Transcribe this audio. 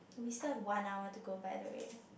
we still have one hour to go by the way